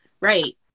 Right